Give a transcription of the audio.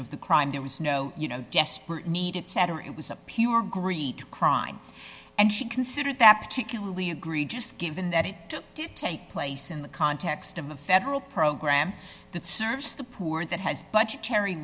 of the crime there was no you know desperately needed set or it was a pure greed crime and she considered that particularly egregious given that it took did take place in the context of a federal program that serves the poor that has budgetary